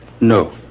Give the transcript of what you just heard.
No